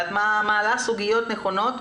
ואת מעלה סוגיות נכונות.